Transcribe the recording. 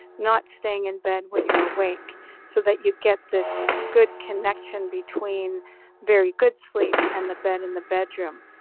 not staying in bed when you're awake so that you get this good connection between very good sleep and the bed in the bedroom.